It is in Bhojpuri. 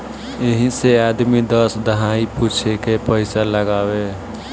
यही से आदमी दस दहाई पूछे के पइसा लगावे